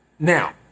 Now